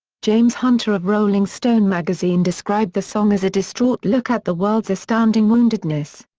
james hunter of rolling stone magazine described the song as a distraught look at the world's astounding woundedness.